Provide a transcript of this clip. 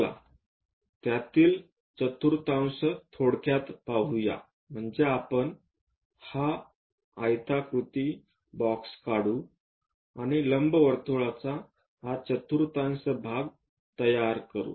चला त्यातील चतुर्थांश थोडक्यात पाहू या म्हणजे आपण हा आयताकृती बॉक्स काढू आणि नंतर लंबवर्तुळाचा हा चतुर्थांश तयार करू